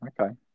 Okay